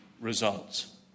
results